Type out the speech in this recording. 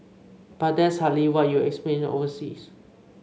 but that's hardly what you'll experience overseas